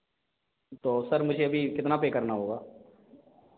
तो सर मुझे अभी कितना पर करना होगा